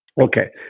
Okay